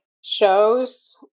shows